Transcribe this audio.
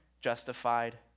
justified